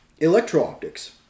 electro-optics